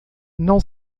não